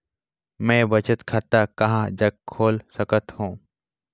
मैं बचत खाता कहां जग खोल सकत हों?